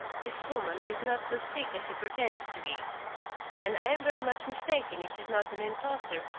this woman is not so sick as she pretends to be and i am very much mistaken if she is not an impostor,